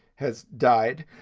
has died.